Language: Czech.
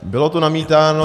Bylo tu namítáno